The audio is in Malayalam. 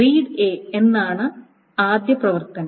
റീഡ് ആണ് എന്ന ആദ്യ പ്രവർത്തനം